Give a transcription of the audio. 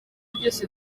byose